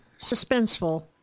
suspenseful